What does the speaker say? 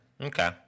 Okay